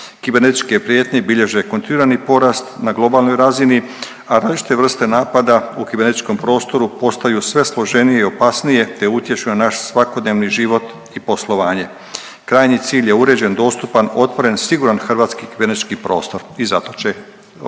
Kibernetičke prijetnje bilježe kontinuirani porast na globalnoj razini, a različite vrste napada u kibernetičkom prostoru postaju sve složenije i opasnije te utječu na naš svakodnevni život i poslovanje. Krajnji cilj je uređen, dostupan, otvoren siguran hrvatski kibernetički prostor i zato će